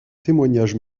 témoignage